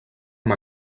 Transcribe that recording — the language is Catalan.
amb